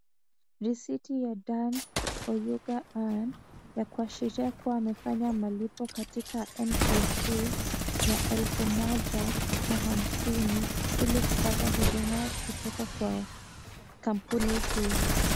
Risiti ya Dan Oyuga Anne ya kuashiria kuwa amefanya malipo katika NTSA ya elfu moja na hamsini ili kupata huduma kutoka kwa kampuni hii.